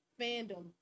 fandom